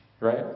right